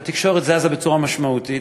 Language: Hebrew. והתקשורת זזה בצורה משמעותית.